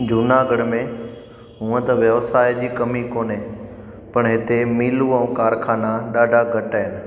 जूनागढ़ में हुअं त व्यवसाए जी कमी कोन्हे पर हिते मिलू ऐं कारखाना ॾाढा घटि आहिनि